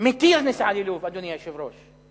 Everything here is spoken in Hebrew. מתיר נסיעה ללוב, אדוני היושב-ראש.